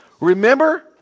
Remember